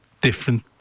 different